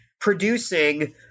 producing